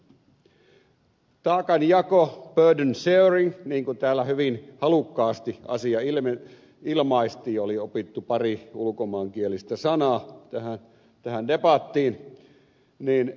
taakanjako burden sharing niin kuin täällä hyvin halukkaasti asia ilmaistiin oli opittu pari ulkomaankielistä sanaa tähän nähden vaatii neljä